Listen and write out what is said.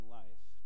life